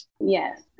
Yes